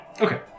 Okay